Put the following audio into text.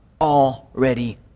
already